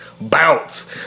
bounce